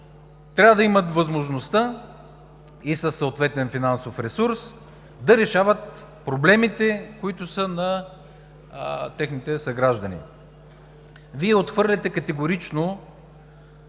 трябва да имат възможността и със съответен финансов ресурс да решават проблемите, които са на техните съграждани. Вие отхвърляте категорично